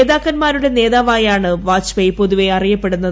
നേതാക്കന്മാരുടെ നേതാവായാണ് വാജ്പേയി പൊതുവേ അറിയപ്പെടുന്നത്